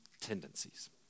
tendencies